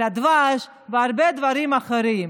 על הדבש ועל הרבה דברים אחרים.